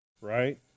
Right